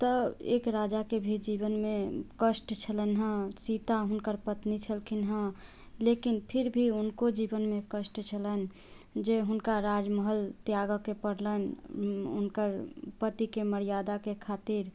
तऽ एक राजाके भी जीवनमे कष्ट छलनिहँ सीता हुनकर पत्नी छलखिन हँ लेकिन फिर भी हुनको जीवनमे कष्ट छलनि जे हुनका राजमहल त्यागैके पड़लनि हुनकर पतिके मर्यादाके खातिर